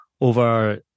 over